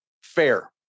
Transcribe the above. fair